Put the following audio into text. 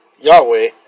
Yahweh